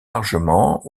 largement